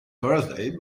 thursday